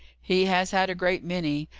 he has had a great many.